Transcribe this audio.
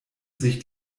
sich